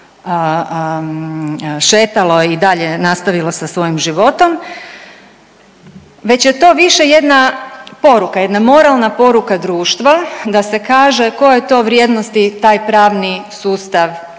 šetalo i dalje nastavilo sa svojim životom već je to više jedna poruka, jedna moralna poruka društva da se kaže koje to vrijednosti taj pravni sustav